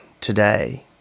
today